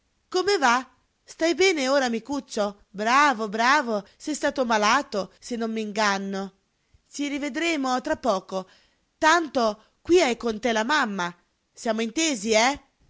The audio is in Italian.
come va stai bene ora micuccio bravo bravo sei stato malato se non m'inganno ci rivedremo tra poco tanto qui hai con te la mamma siamo intesi eh